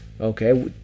okay